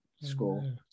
school